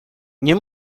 nie